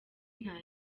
nta